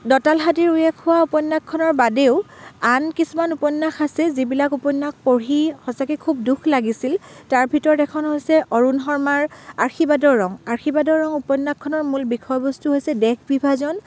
দতাঁল হাতীৰ উঁয়ে খোৱা উপন্যাসখনৰ বাদেও আন কিছুমান উপন্যাস আছে যিবিলাক উপন্যাস পঢ়ি সঁচাকৈ খুব দুখ লাগিছিল তাৰ ভিতৰত এখন হৈছে অৰুণ শৰ্মাৰ আশীৰ্বাদৰ ৰং আশীৰ্বাদৰ ৰং উপন্যাসখনৰ মূল বিষয়বস্তু হৈছে দেশ বিভাজন